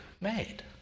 made